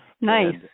Nice